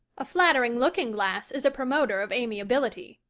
a flattering looking glass is a promoter of amiability,